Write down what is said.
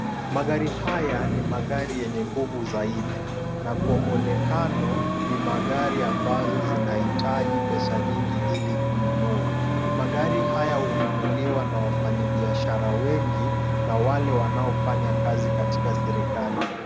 Magari haya ni magari yenye nguvu zaidi na kwa muonekano ni magari ambazo zinahitaji pesa nyingi ili kununua. Magari haya hununuliwa na wafanyibiashara wengi na wale wanaofanya kazi katika serikali.